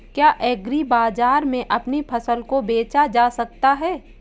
क्या एग्रीबाजार में अपनी फसल को बेचा जा सकता है?